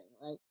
right